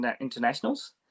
internationals